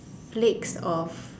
flakes of